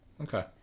Okay